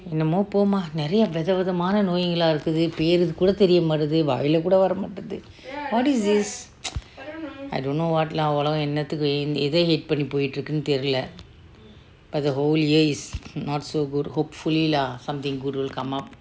என்னம்மோ போ:enammo po mah நறிய வகை-வகை மானே நோய்கள் இருக்கே பேரு குடை தெரிய மட்டுதே வாயிலே குடை வாறே மட்துதே:nariya vakai-vakai mane noykal irukke peru kutai teriya mattute vayile kutai vare mattute what is this I don't know what lah உலகம் இதே நோக்கி போகுது தேரிலே:ulagam ethe nokki pokutu terile the whole year is not so good but hopefully lah something good will come out